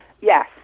Yes